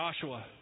Joshua